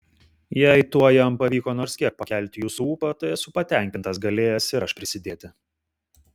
jei tuo jam pavyko nors kiek pakelti jūsų ūpą tai esu patenkintas galėjęs ir aš prisidėti